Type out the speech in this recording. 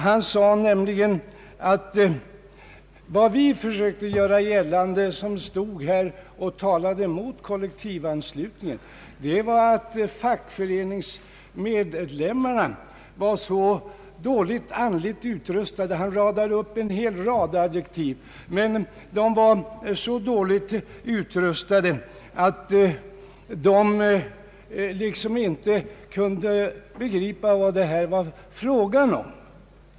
Han sade nämligen att vi som stod här och talade mot kollektivanslutningen försökte göra gällande att fackföreningsmedlemmarna var så illa utrustade i andligt avseende — han räknade upp en hel rad adjektiv — att de inte kunde begripa vad det här var fråga om.